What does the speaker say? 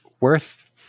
worth